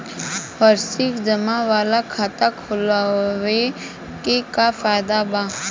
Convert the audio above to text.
वार्षिकी जमा वाला खाता खोलवावे के का फायदा बा?